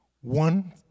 One